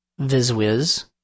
VizWiz